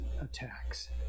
attacks